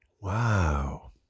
Wow